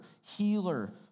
healer